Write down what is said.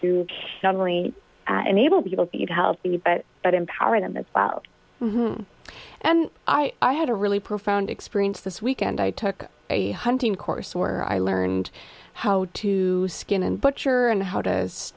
to suddenly enable people to eat healthy but that empower them as well and i had a really profound experience this weekend i took a hunting course where i learned how to skin and butcher and how does